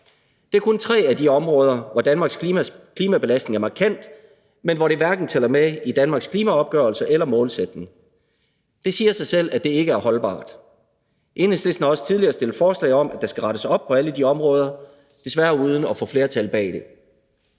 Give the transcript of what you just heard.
Det er kun tre af de områder, hvor Danmarks klimabelastning er markant, men hvor det hverken tæller med i Danmarks klimaopgørelse eller -målsætning. Det siger sig selv, at det ikke er holdbart. Enhedslisten har også tidligere stillet forslag om, at der skal rettes op på alle de områder – desværre uden at få flertal bag det.